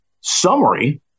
summary